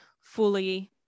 fully